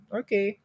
okay